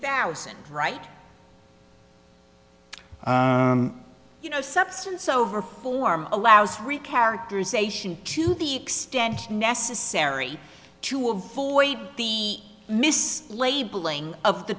thousand right you know substance over form allows free characterization to the extent necessary to avoid the miss labeling of the